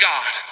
God